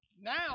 Now